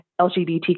LGBTQ